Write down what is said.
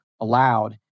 allowed